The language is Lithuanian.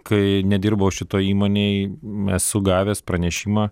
kai nedirbau šitoj įmonėje esu gavęs pranešimą